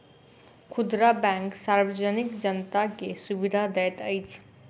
खुदरा बैंक सार्वजनिक जनता के सुविधा दैत अछि